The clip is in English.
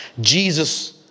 Jesus